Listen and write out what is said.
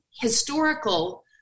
historical